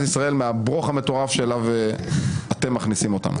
ישראל מהברוך המטורף שאתם מכניסים אותנו אליו.